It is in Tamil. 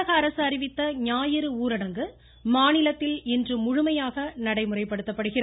தமிழக அரசு அறிவித்த ஞாயிறு ஊரடங்கு மாநிலத்தில் இன்று முழுமையாக நடைமுறைப்படுத்தப்படுகிறது